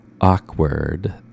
Awkward